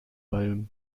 beim